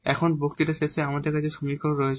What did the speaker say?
এখন এই বক্তৃতার শেষে আমাদের কাছে সমীকরণ রয়েছে